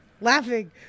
laughing